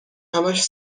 همهاش